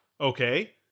Okay